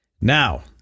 Now